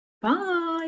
bye